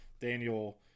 daniel